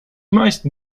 meisten